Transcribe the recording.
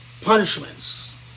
punishments